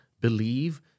believe